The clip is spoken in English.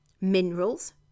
minerals